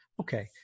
okay